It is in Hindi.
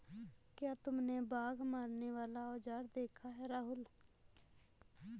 क्या तुमने बाघ मारने वाला औजार देखा है राहुल?